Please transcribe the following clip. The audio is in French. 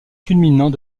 culminant